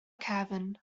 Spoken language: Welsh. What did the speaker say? cefn